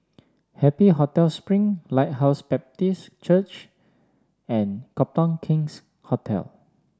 Happy Hotel Spring Lighthouse Baptist Church and Copthorne King's Hotel